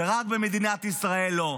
ורק במדינת ישראל לא.